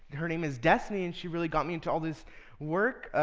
her name is destiny, and she really got me into all this work.